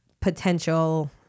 potential